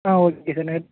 ஆ okay sir நான் எடுத்